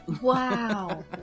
Wow